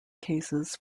cases